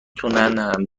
تونن